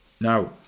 Now